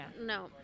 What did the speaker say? no